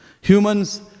Humans